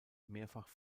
mehrfach